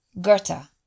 Goethe